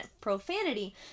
profanity